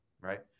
Right